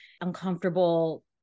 uncomfortable